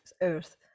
earth